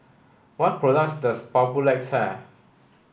what products does Papulex have